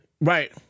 Right